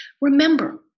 Remember